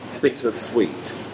bittersweet